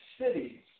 cities